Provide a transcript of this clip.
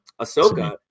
Ahsoka